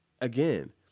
again